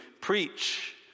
preach